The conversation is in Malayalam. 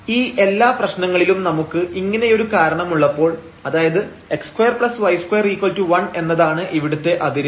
ഈ എല്ലാപ്രശ്നങ്ങളിലും നമുക്ക് ഇങ്ങനെയൊരു കാരണം ഉള്ളപ്പോൾ അതായത് x2y21 എന്നതാണ് ഇവിടുത്തെ അതിര്